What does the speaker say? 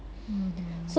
mmhmm